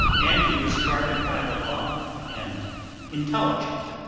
and who is guarded by the law and intelligent,